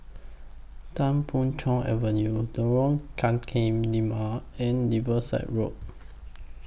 Tan Boon Chong Avenue Lorong Tukang Lima and Riverside Road